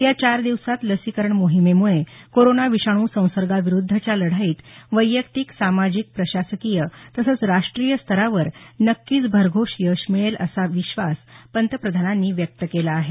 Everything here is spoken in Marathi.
या चार दिवसात लसीकरण मोहिमेमुळे कोरोना विषाणू संसर्गा विरुद्धच्या लढाईत वैयक्तिक सामाजिक प्रशासकीय तसंच राष्ट्रीय स्तरावर नक्कीच भरघोस यश मिळेल असा विश्वास पंतप्रधानांनी व्यक्त केला आहे